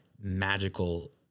magical